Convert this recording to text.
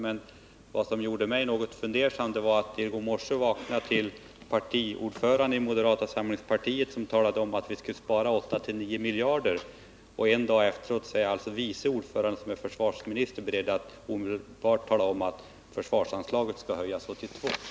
Men vad som gjorde mig något fundersam var att jag i går morse vaknade till ett uttalande i radio av partiordföranden i moderata samlingspartiet om att man skulle spara 8-9 miljarder, medan vice ordföranden i partiet, som är försvarsminister, nu en dag senare är beredd att omedelbart tala om att försvarsanslaget skall höjas 1982.